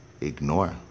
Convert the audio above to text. ignore